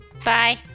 Bye